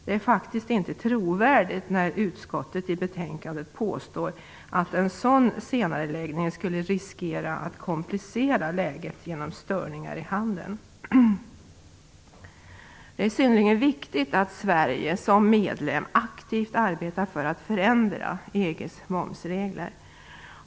Det är faktiskt inte trovärdigt när utskottet i betänkandet påstår att en sådan senareläggning skulle riskera att komplicera läget genom störningar i handeln. Det är synnerligen viktigt att Sverige som medlem aktivt arbetar för att förändra EG:s momsregler.